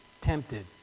tempted